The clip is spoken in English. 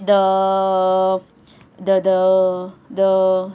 the the the the